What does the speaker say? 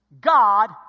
god